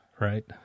right